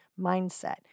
mindset